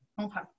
Okay